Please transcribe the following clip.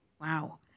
wow